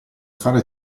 fare